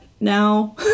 now